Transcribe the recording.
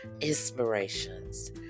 Inspirations